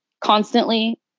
constantly